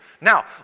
Now